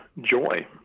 joy